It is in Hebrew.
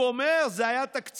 הוא אומר: "זה היה תקציב